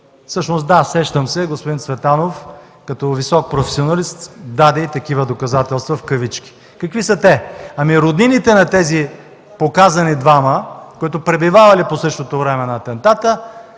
Всъщност, да, сещам се, господин Цветанов, като висок професионалист, даде и такива „доказателства”. Какви са те? Ами роднините на тези показани двама, които пребивавали по същото време – на атентата,